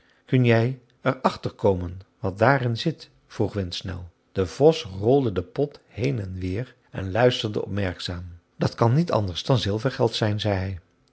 kun jij er achter komen wat daarin zit vroeg windsnel de vos rolde den pot heen en weer en luisterde opmerkzaam dat kan niet anders dan zilvergeld zijn zei